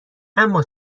اما